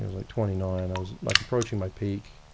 i was like twenty nine. i was like approaching my peak.